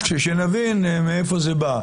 שנבין מאיפה זה בא.